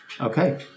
Okay